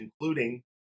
including